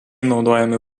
naudojami